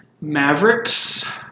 Mavericks